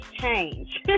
change